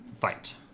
fight